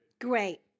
Great